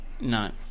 no